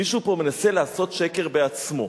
מישהו פה מנסה לעשות שקר בעצמו.